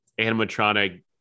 animatronic